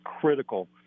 critical